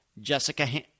Jessica